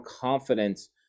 confidence